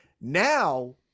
now